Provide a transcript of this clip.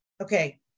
okay